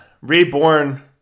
reborn